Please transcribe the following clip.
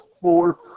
four